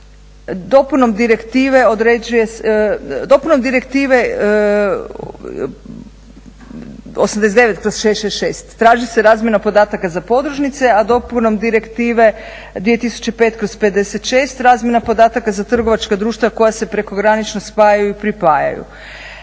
Dopunom Direktive 89/66 traži se razmjena podataka za podružnice, a dopunom Direktive 2005/56 razmjena podataka za trgovačka društva koja se prekogranično spajaju i pripajaju.